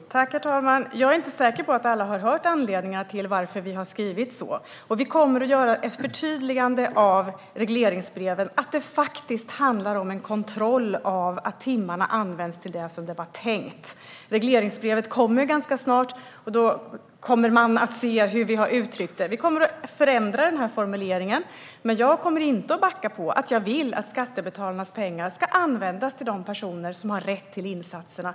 Herr talman! Jag är inte säker på att alla har hört om anledningarna till att vi har skrivit så. Vi kommer att göra ett förtydligande av regleringsbrevet. Det handlar om en kontroll av att timmarna används till det som det var tänkt. Regleringsbrevet kommer ganska snart, och då ser man hur vi har uttryckt det. Vi kommer att ändra formuleringen, men jag backar inte på att jag vill att skattebetalarnas pengar ska användas till de personer som har rätt till insatserna.